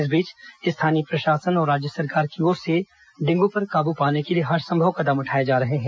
इस बीच स्थानीय प्रशासन और राज्य सरकार की ओर से डेंगू पर काबू पाने के लिए हरसंभव कदम उठाए जा रहे हैं